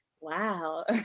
Wow